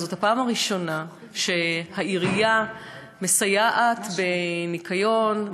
זאת הפעם הראשונה שהעירייה מסייעת בניקיון,